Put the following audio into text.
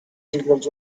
jingles